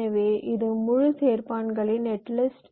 எனவே இது முழு சேர்ப்பவர்களின் நெட்லிஸ்ட்